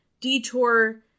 detour